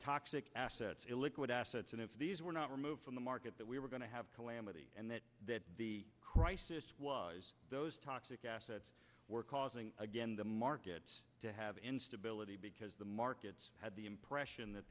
toxic assets illiquid assets and if these were not removed from the market that we were going to have calamity and that the crisis was those toxic assets were causing again the market to have instability because the markets had the impression that